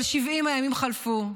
אבל 70 הימים חלפו,